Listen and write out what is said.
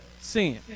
Sin